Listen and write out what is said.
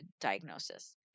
diagnosis